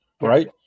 right